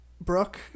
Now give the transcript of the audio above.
Brooke